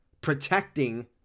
protecting